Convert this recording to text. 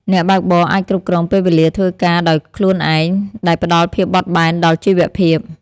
អ្នកបើកបរអាចគ្រប់គ្រងពេលវេលាធ្វើការដោយខ្លួនឯង ដែលផ្ដល់ភាពបត់បែនដល់ជីវភាព។